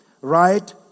right